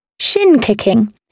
Shin-kicking